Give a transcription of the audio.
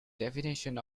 definition